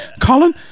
Colin